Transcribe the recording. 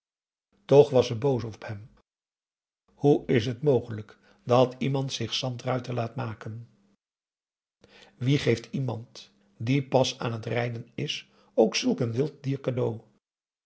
toch was ze boos op hem hoe is het mogelijk dat iemand zich zandruiter laat maken wie geeft iemand die pas aan het rijden is ook zulk een wild dier cadeau